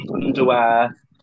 underwear